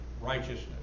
righteousness